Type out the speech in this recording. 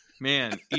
man